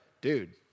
dude